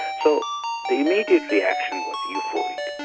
so the immediate reaction was euphoric.